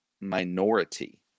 minority